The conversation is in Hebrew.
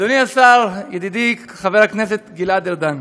אדוני השר, ידידי חבר הכנסת גלעד ארדן,